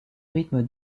rythme